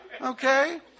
Okay